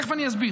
תכף אני אסביר.